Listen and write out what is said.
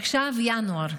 עכשיו ינואר,